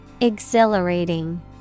Exhilarating